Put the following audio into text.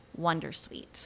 wondersuite